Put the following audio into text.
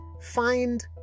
find